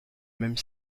même